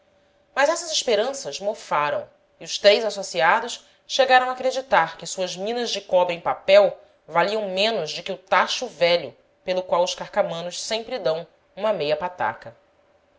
mas essas esperanças mofaram e os três associados chegaram a acreditar que suas minas de cobre em papel valiam menos de que o tacho velho pelo qual os carcamanos sempre dão uma meia pataca